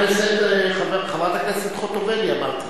חברת הכנסת חוטובלי, ואחריה,